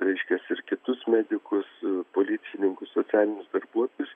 reiškias ir kitus medikus policininkus socialinius darbuotojus